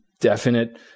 definite